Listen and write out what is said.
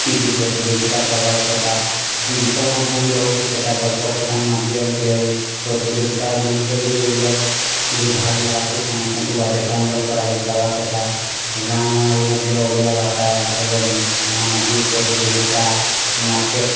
କିଛି ପ୍ରତିଯୋଗିତା କର୍ବାର୍ କଥା ଗୀତ ମାଧ୍ୟମ ହଉ କି ସେଟା ଗଳ୍ପ କଥା ମାଧ୍ୟମରେ ହେଉ ପ୍ରତିଯୋଗିତାମାନେ କରି କରି ଓଡ଼ିଆରେ ଭାଗ୍ ନେବାର୍କେ ସମସ୍ତଙ୍କୁ ବାଧ୍ୟତାମୂଲକ କରାଯାଇ ପାର୍ବାର୍ କଥା ଗାଁ ଗଣ୍ଡାରେ ମଧ୍ୟ ଓଡ଼ିଆ ଭାଷାର ନାନାଦି ପ୍ରତିଯୋଗିତା ନାଟ୍ୟକ୍